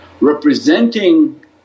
representing